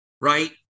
right